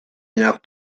enough